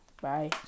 Bye